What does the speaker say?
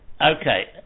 okay